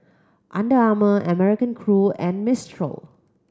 Under Armour American Crew and Mistral